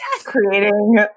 creating